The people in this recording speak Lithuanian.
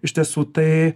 iš tiesų tai